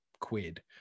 quid